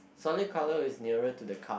solid colour is nearer to the car